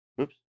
Oops